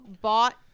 bought